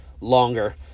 longer